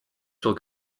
shall